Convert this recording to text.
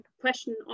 question